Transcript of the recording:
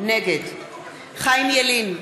נגד חיים ילין,